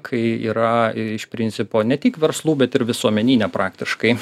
kai yra iš principo ne tik verslų bet ir visuomeninė praktiškai